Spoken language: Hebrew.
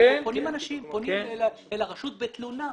פונים אנשים אל הרשות בתלונה.